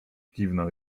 kiwnął